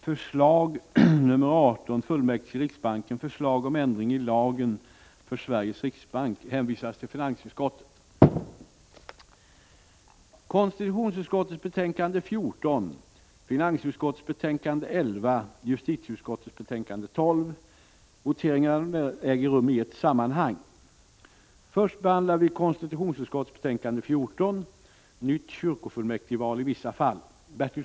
Konstitutionsutskottets betänkande 14, finansutskottets betänkande 11 och justitieutskottets betänkande 13 kommer att debatteras i tur och ordning. Voteringarna äger rum i ett sammanhang efter avslutad debatt. Först upptas alltså konstitutionsutskottets betänkande 14 om nytt kyrkofullmäktigval i vissa fall.